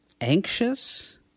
anxious